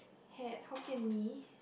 had Hokkien-Mee